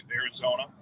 Arizona